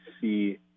see